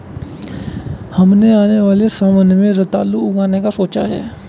हमने आने वाले सावन में रतालू उगाने का सोचा है